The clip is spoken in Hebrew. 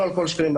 לא על כל "פייק".